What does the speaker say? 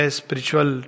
spiritual